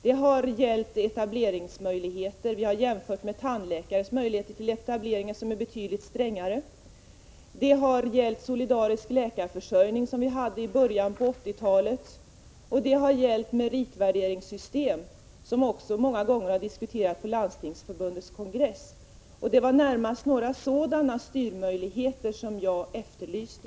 De har gällt etableringsrätten — vi har jämfört med reglerna för tandläkares etablering, som är betydligt strängare, de har gällt solidarisk läkarförsörjning, som vi hade i början av 1980-talet, och de har gällt meritvärderingssystem, som också många gånger har diskuterats på Landstingsförbundets kongress. Det var närmast sådana styrmöjligheter jag efterlyste.